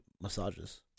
massages